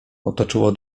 otoczyło